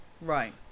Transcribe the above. Right